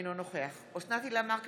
אינו נוכח אוסנת הילה מארק,